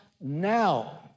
now